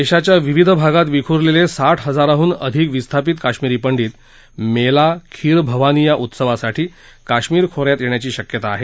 देशाच्या विविध भागात विखुरलेले साठ हजाराहून अधिक विस्थापित काश्मीरी पंडीत मेला खीरभवानी उत्सवासाठी काश्मीर खोऱ्यात येण्याची शक्यता आहे